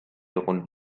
runden